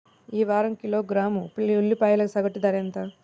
ఈ వారం కిలోగ్రాము ఉల్లిపాయల సగటు ధర ఎంత?